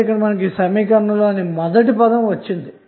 కాబట్టి సమీకరణం యొక్క మొదటి పదం వచ్చింది